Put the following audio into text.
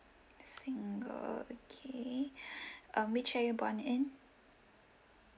single okay um which year are you born in